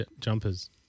jumpers